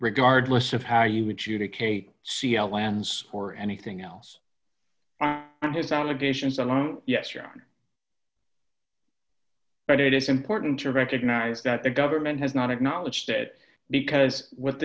regardless of how you would you take a c l lands or anything else on his allegations alone yes you're on but it is important to recognize that the government has not acknowledged that because with